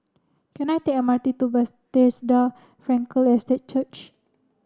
can I take M R T to Frankel Estate Church